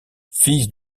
fils